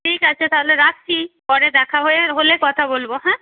ঠিক আছে তাহলে রাখছি পরে দেখা হলে কথা বলব হ্যাঁ